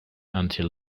until